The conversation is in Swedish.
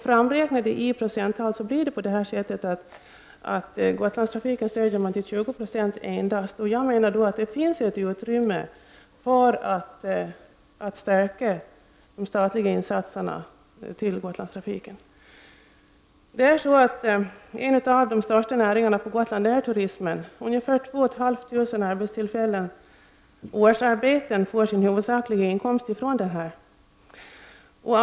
Framräknat i procent stöder man således Gotlandstrafiken med endast 20 96. Jag menar att det finns ett utrymme att stärka de statliga insatserna för Gotlandstrafiken. En av de största näringarna på Gotland är turismen. Ungefär 2 500 årsarbeten får sin huvudsakliga inkomst från turismen.